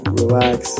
relax